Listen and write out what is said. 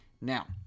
Now